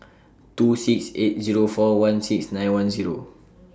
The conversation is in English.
two six eight Zero four one six nine one Zero